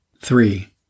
Three